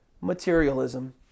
materialism